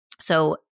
so-